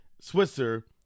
Switzer –